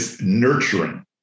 nurturing